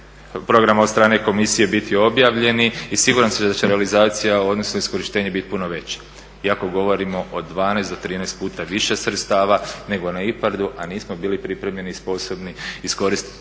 programa od strane Komisije biti objavljeni i siguran sam da će realizacija odnosno iskorištenje biti puno veće iako govorimo o 12 do 13 puta više sredstava nego na IPARD-u a nismo bili pripremljeni i sposobni iskoristiti